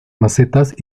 macetas